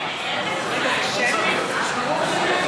ברור שנגד.